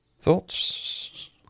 Thoughts